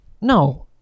No